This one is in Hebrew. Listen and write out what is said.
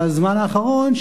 בזמן האחרון,